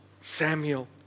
Samuel